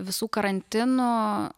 visų karantinų